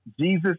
Jesus